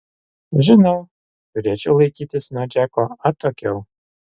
žinau turėčiau laikytis nuo džeko atokiau